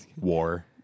War